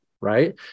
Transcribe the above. right